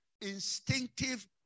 instinctive